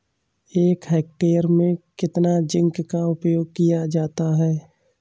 एक हेक्टेयर में कितना जिंक का उपयोग किया जाता है?